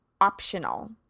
optional